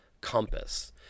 compass